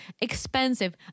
expensive